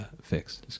fix